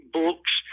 books